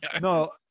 No